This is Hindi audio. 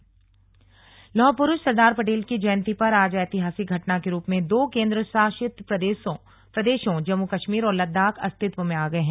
केंद्रशासित प्रदेश लौहपुरूष सरदार पटेल की जयन्ती पर आज ऐतिहासिक घटना के रूप में दो केन्द्रशासित प्रदेशों जम्मू कश्मीर और लद्दाख अस्तित्व में आ गये हैं